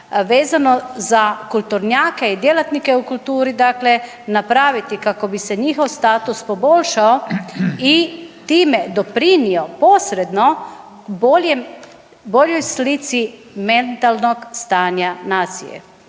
vezano za kulturnjake i djelatnike u kulturi napraviti kako bi se njihov status poboljšao i time doprinio posredno boljoj slici mentalnog stanja nacije?